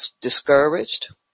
discouraged